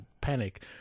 Panic